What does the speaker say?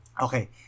Okay